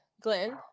Glenn